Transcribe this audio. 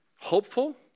hopeful